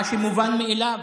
מה שמובן מאליו.